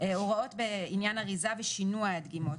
תוספת רביעית הוראות בעניין אריזה ושינוע הדגימות